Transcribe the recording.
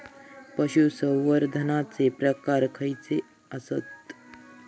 पशुसंवर्धनाचे प्रकार खयचे आसत?